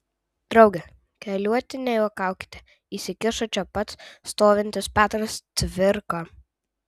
drauge keliuoti nejuokaukite įsikišo čia pat stovintis petras cvirka